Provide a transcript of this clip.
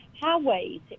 highways